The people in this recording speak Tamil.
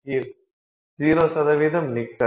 இது 0 நிக்கல்